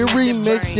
remix